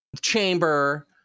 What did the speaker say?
chamber